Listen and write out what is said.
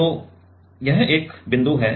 तो यह एक बिंदु है